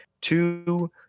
two